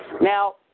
Now